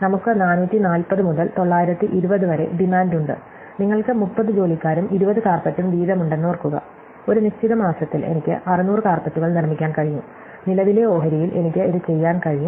നമുക്ക് 440 മുതൽ 920 വരെ ഡിമാൻഡ് ഉണ്ട് നിങ്ങൾക്ക് 30 ജോലിക്കാരും 20 കാര്പെറ്റും വീതമുണ്ടെന്നോർക്കുക ഒരു നിശ്ചിത മാസത്തിൽ എനിക്ക് 600 കാര്പെറ്റുകൾ നിർമ്മിക്കാൻ കഴിയും നിലവിലെ ഓഹരിയിൽ എനിക്ക് ഇത് ചെയ്യാൻ കഴിയും